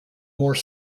more